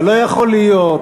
אבל לא יכול להיות